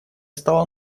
стала